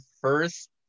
first